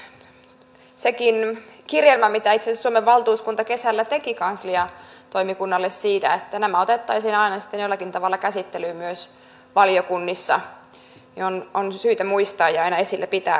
mutta sekin kirjelmä minkä itse asiassa suomen valtuuskunta kesällä teki kansliatoimikunnalle siitä että nämä otettaisiin aina sitten jollakin tavalla käsittelyyn myös valiokunnissa on syytä muistaa ja aina esillä pitää